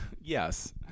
Yes